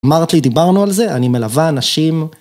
מרטי דיברנו על זה, אני מלווה אנשים...